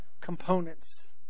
components